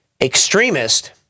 extremist